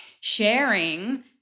sharing